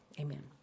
Amen